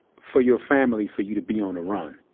for your family for you to be on a run?